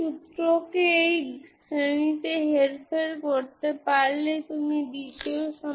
সুতরাং আপনি যদি কোসাইন বা সাইন করেন তবে আপনি একই জিনিস পাবেন